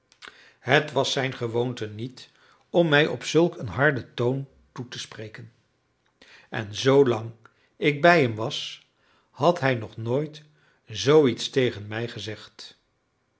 het was zijn gewoonte niet om mij op zulk een harden toon toe te spreken en zoolang ik bij hem was had hij nog nooit zoo iets tegen mij gezegd